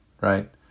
right